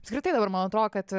apskritai dabar man atrodo kad